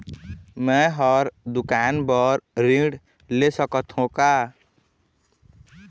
मैं हर दुकान बर ऋण ले सकथों का?